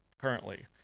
currently